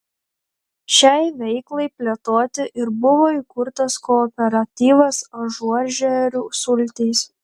šiai veiklai plėtoti ir buvo įkurtas kooperatyvas ažuožerių sultys